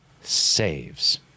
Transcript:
saves